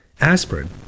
aspirin